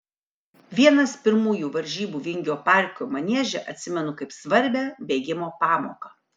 vienas pirmųjų varžybų vingio parko manieže atsimenu kaip svarbią bėgimo pamoką